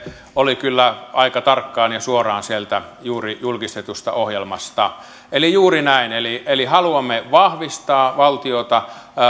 oli kyllä aika tarkkaan ja suoraan sieltä juuri julkistetusta ohjelmasta eli juuri näin haluamme vahvistaa